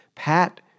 Pat